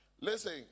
Listen